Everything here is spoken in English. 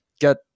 get